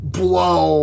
blow